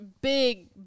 big